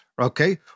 Okay